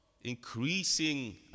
increasing